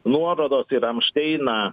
nuorodos į ramšteiną